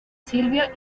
silvia